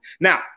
Now